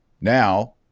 Now